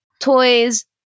toys